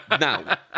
Now